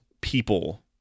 people